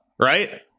right